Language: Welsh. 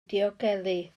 diogelu